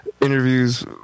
interviews